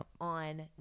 On